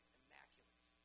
immaculate